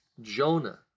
Jonah